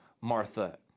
Martha